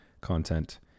content